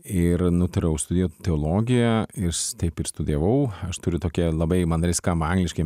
ir nutariau studijuot teologiją ir taip ir studijavau aš turiu tokią labai mandrai skamba angliškai